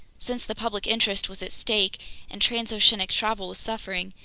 since the public interest was at stake and transoceanic travel was suffering,